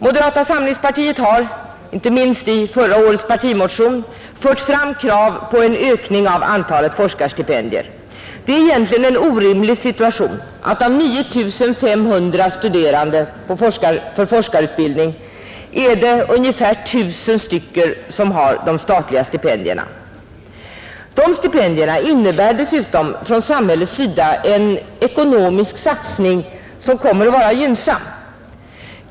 Moderata samlingspartiet har, inte minst i förra årets partimotion, fört fram krav på en ökning av antalet forskarstipendier. Det är en orimlig situation att av 9 500 studerande inom forskarutbildningen har ungefär 1000 statliga stipendier. Dessa innebär dessutom för samhället en ekonomisk satsning som kommer att vara gynnsam.